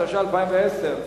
התש"ע-2010.